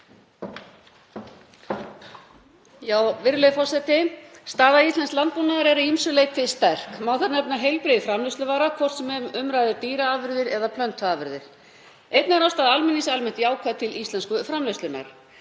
Virðulegi forseti. Staða íslensks landbúnaðar er að ýmsu leyti sterk. Má þar nefna heilbrigði framleiðsluvara, hvort sem um ræðir dýraafurðir eða plöntuafurðir. Einnig er afstaða almennings almennt jákvæð til íslensku framleiðslunnar.